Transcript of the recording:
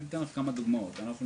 אני אתן לך כמה דוגמות: אנחנו,